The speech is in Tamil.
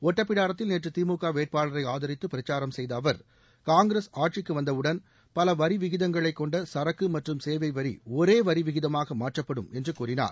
ஒட்டப்பிடாரத்தில் நேற்று திமுக வேட்பாளரை ஆதித்து பிரச்சாரம் செய்த அவர் காங்கிரஸ் ஆட்சிக்கு வந்தவுடன் பல வரி விகிதங்களைக் கொண்ட சரக்கு மற்றும் சேவை வரி ஒரே வரிவிகிதமாக மாற்றப்படும் என்று கூறினார்